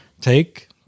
take